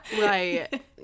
Right